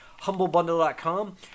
HumbleBundle.com